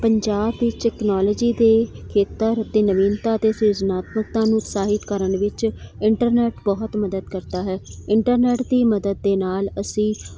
ਪੰਜਾਬ ਵਿੱਚ ਟੈਕਨੋਲਜੀ ਦੇ ਖੇਤਰ ਅਤੇ ਨਵੀਨਤਾ ਅਤੇ ਸੁਝਣਾਤਮਕਤਾ ਨੂੰ ਸਾਹਿਤ ਕਰਨ ਵਿੱਚ ਇੰਟਰਨੈੱਟ ਬਹੁਤ ਮਦਦ ਕਰਤਾ ਹੈ ਇੰਟਰਨੈੱਟ ਦੀ ਮਦਦ ਦੇ ਨਾਲ ਅਸੀਂ